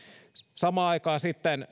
samaan aikaan sitten